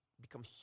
become